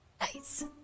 Nice